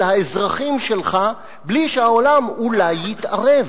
האזרחים שלך בלי שהעולם אולי יתערב,